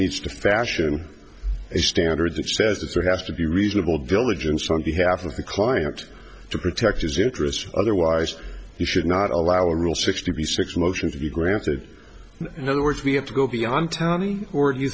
needs to fashion a standard that says that so has to be reasonable diligence on behalf of the client to protect his interests otherwise he should not allow a rule sixty six motion to be granted and other words we have to go beyond townie or do you